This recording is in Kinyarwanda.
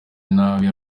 nabi